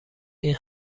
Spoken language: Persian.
این